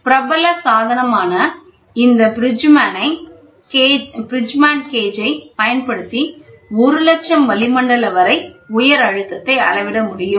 பிரபலமான சாதனம் ஆனா இந்த பிரிட்ஜ்மேனைப் கேஜ் பயன்படுத்தி 1 லட்சம் வளிமண்டலம் வரை உயர் அழுத்தத்தை அளவிடமுடியும்